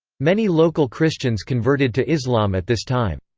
many local christians converted to islam at this time.